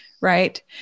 Right